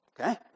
Okay